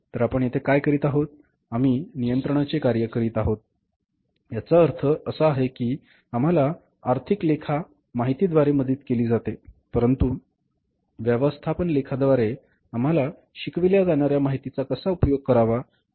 तर आपण येथे काय करीत आहोत आम्ही नियंत्रणाचे कार्य करीत आहोत याचा अर्थ असा आहे की आम्हाला आर्थिक लेखा माहितीद्वारे मदत केली जाते परंतु व्यवस्थापन लेखाद्वारे आम्हाला शिकविल्या जाणार्या माहितीचा कसा उपयोग करावा